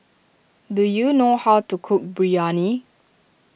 do you know how to cook Biryani